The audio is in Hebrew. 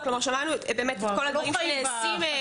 אנחנו כבר לא חיים בחשכה.